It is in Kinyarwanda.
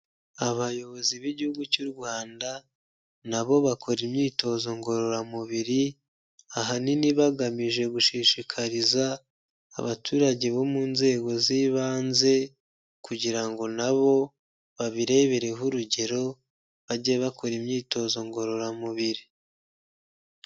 Abayobozi b'igihugu cy'u Rwanda, na bo bakora imyitozo ngororamubiri, ahanini bagamije gushishikariza, abaturage bo mu nzego z'ibanze kugira ngo na bo babirebereho urugero, bajye bakora imyitozo ngororamubiri.